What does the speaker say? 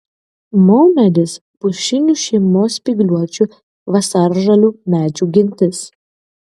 maumedis pušinių šeimos spygliuočių vasaržalių medžių gentis